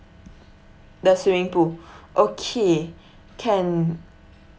the swimming pool okay can